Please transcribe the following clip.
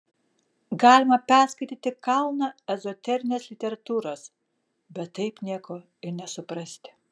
galima perskaityti kalną ezoterinės literatūros bet taip nieko ir nesuprasti